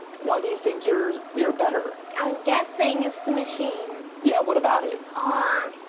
why do you think you're you're better? i'm guessing it's the machine. yeah, what about it? ah,